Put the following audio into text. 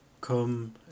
Come